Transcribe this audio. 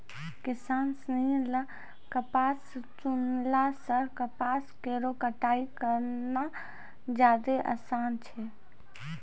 किसान सिनी ल कपास चुनला सें कपास केरो कटाई करना जादे आसान छै